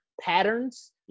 patterns